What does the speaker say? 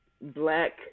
black